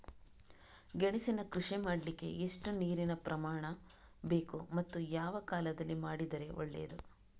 ಗೆಣಸಿನ ಕೃಷಿ ಮಾಡಲಿಕ್ಕೆ ಎಷ್ಟು ನೀರಿನ ಪ್ರಮಾಣ ಬೇಕು ಮತ್ತು ಯಾವ ಕಾಲದಲ್ಲಿ ಮಾಡಿದರೆ ಒಳ್ಳೆಯದು?